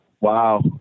Wow